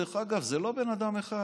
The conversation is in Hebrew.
דרך אגב, זה לא בן אדם אחד,